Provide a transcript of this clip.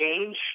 change